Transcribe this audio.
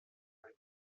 ein